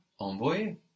Envoyer